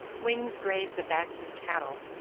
wings graze the backs of cattle,